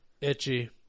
Itchy